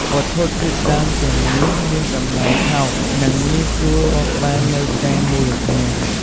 វត្ថុធាតុដើមទាំងនេះមានតម្លៃថោក និងងាយស្រួលរកបាននៅតាមមូលដ្ឋាន។